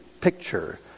picture